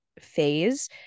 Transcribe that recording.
phase